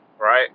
Right